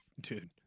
dude